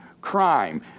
crime